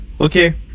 Okay